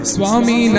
Swami